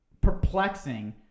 perplexing